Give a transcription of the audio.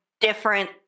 different